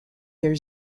their